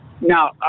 Now